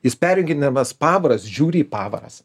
jis perjunginėdamas pavaras žiūri į pavaras